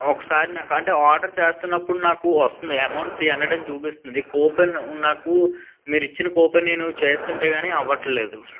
ఒకసారి నాకు అంటే ఆర్డర్ చేస్తున్నప్పుడు వస్తుంది నాకు అమౌంట్ త్రీ హండ్రెడ్ అని చూపిస్తుంది కూపన్ నాకు మీరు ఇచ్చిన కూపన్ నేను చేస్తుంటే కాని అవ్వటం లేదు